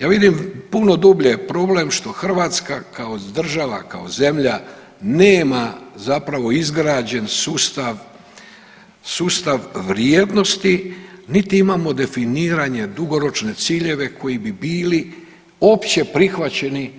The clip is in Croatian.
Ja vidim puno dublje problem što Hrvatska kao država, kao zemlja nema zapravo izgrađen sustav, sustav vrijednosti, niti imamo definirane dugoročne ciljeve koji bi bili opće prihvaćeni